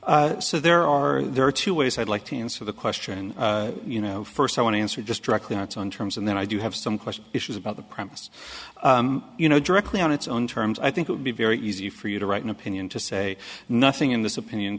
so there are there are two ways i'd like to answer the question you know first i want to answer just directly on its own terms and then i do have some question issues about the premise you know directly on its own terms i think it would be very easy for you to write an opinion to say nothing in this opinion